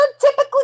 typically